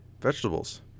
vegetables